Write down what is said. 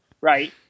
right